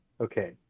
Okay